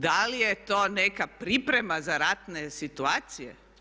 Da li je to neka priprema za ratne situacije?